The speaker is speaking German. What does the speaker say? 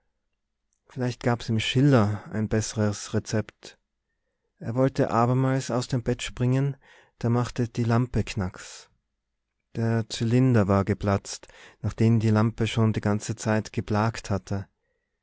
vielleicht gab's im schiller ein besseres rezept er wollte abermals aus dem bett springen da machte die lampe knacks der zylinder war geplatzt nachdem die lampe schon die ganze zeit geblakt hatte